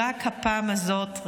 רק הפעם הזאת,